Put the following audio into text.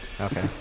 Okay